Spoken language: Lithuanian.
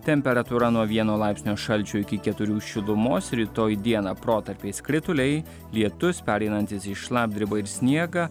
temperatūra nuo vieno laipsnio šalčio iki keturių šilumos rytoj dieną protarpiais krituliai lietus pereinantis į šlapdribą ir sniegą